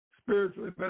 spiritually